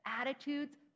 attitudes